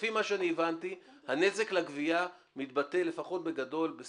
לפי מה שאני הבנתי הנזק לגבייה מתבטא בתקופת